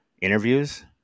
interviews